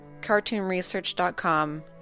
CartoonResearch.com